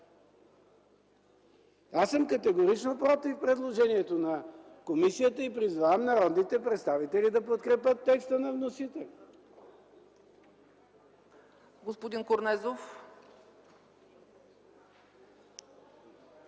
Аз съм категорично против предложението на комисията и призовавам народните представители да подкрепят текста на вносителя.